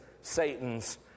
Satan's